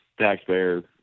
taxpayer